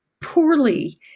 poorly